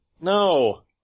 No